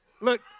Look